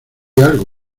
algo